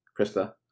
Krista